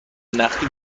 نخی